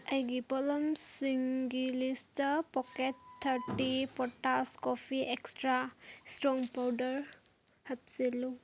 ꯑꯩꯒꯤ ꯄꯣꯠꯂꯝꯁꯤꯡꯒꯤ list packet thirty ꯄꯣꯇꯥꯁ ꯀꯣꯐꯤ ꯑꯦꯛꯁꯇ꯭ꯔꯥ ꯏꯁꯇꯔꯣꯡ ꯄꯥꯎꯗꯔ ꯍꯥꯞꯆꯤꯜꯂꯨ